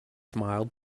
smiled